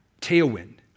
tailwind